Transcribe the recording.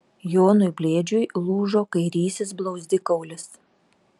jonui blėdžiui lūžo kairysis blauzdikaulis